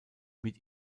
mit